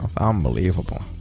Unbelievable